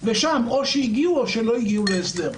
ושם או שהגיעו או שלא הגיעו להסדר.